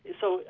so,